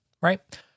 Right